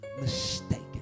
mistaken